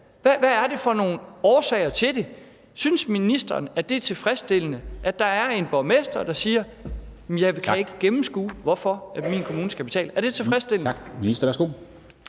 Hvad er der for nogle årsager til det? Synes ministeren, at det er tilfredsstillende, at der er en borgmester, der siger: Jeg kan ikke gennemskue, hvorfor min kommune skal betale?